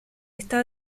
está